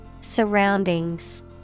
Surroundings